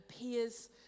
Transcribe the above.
appears